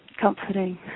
Comforting